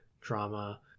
drama